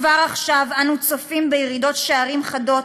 כבר עכשיו אנו צופים בירידות שערים חדות,